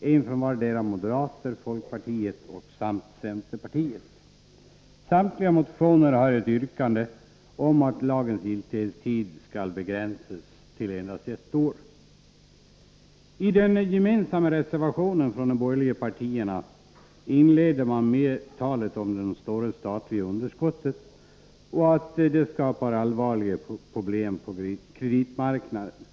en från vardera moderaterna, folkpartiet samt centerpartiet. Samtliga motioner har ett yrkande om att lagens giltighetstid skall begränsas till endast ett år. I den gemensamma reservationen från de borgerliga partierna inleder man med talet om det stora statliga underskottet och att det skapar allvarliga problem på kreditmarknaden.